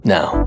Now